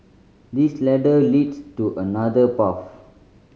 this ladder leads to another path